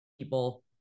people